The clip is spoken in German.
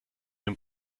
den